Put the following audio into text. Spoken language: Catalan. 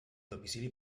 domicili